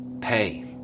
pay